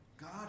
God